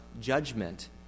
judgment